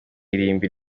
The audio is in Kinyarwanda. irimbi